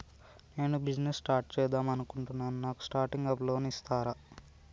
నేను business start చేద్దామనుకుంటున్నాను నాకు స్టార్టింగ్ అప్ లోన్ ఇస్తారా?